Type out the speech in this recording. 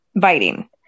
Biting